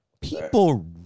People